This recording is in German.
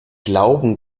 glauben